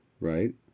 right